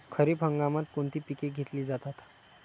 खरीप हंगामात कोणती पिके घेतली जातात?